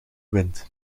wint